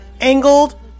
angled